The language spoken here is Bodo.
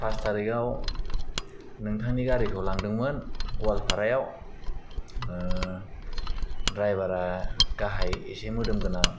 पास थारिकाव नोंथांनि गारिखौ लांदोंमोन गवालपारायाव ड्राइभारा गाहाय एसे मोदोम गोनां